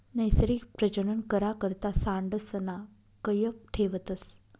नैसर्गिक प्रजनन करा करता सांडसना कयप ठेवतस